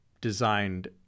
designed